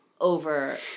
over